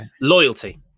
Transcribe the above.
loyalty